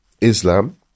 Islam